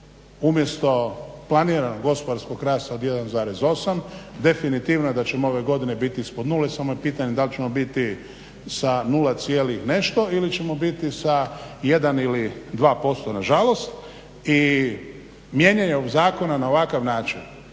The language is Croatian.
Umjesto planiranog gospodarskog rasta od 1,8 definitivno je da ćemo ove godine biti ispod nule samo je pitanje da li ćemo biti sa nula cijeli nešto ili ćemo biti sa 1 ili 2% nažalost i mijenjanje ovog zakona na ovakav način